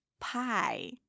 pie